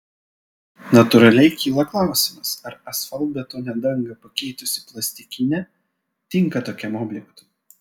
natūraliai kyla klausimas ar asfaltbetonio dangą pakeitusi plastikinė tinka tokiam objektui